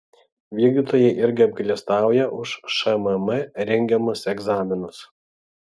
vykdytojai irgi apgailestauja už šmm rengiamus egzaminus